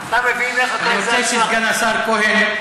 אני רוצה שסגן השר כהן,